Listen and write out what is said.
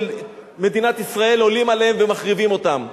מדינת ישראל עולים עליהם ומחריבים אותם.